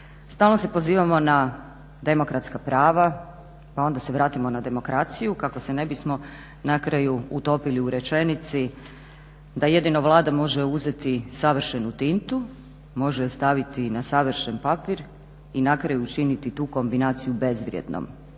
Stalno se pozivamo na demokratska prava, pa onda se vratimo na demokraciju, kako se ne bismo na kraju utopili u rečenici da jedino Vlada može uzeti savršenu tintu, može je stavit na savršen papir i na kraju učiniti tu kombinaciju bezvrijednom,